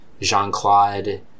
Jean-Claude